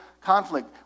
conflict